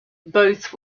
both